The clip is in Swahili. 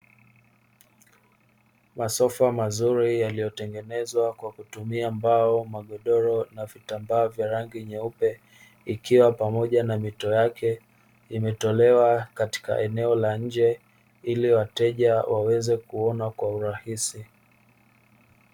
Masofa mazuri yaliyotengenezwa kwa kutumia mbao, magodoro na vitambaa vya rangi nyeupe ikiwa pamoja na mito yake. Imetolewa katika eneo la nje ili wateja waweze kuona kwa urahisi.